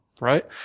Right